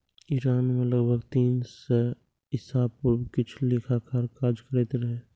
Iran मे लगभग तीन सय ईसा पूर्व किछु लेखाकार काज करैत रहै